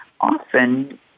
often